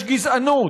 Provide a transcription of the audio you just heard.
יש גזענות,